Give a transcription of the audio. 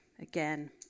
again